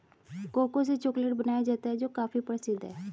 cocoa से chocolate बनाया जाता है जो काफी प्रसिद्ध है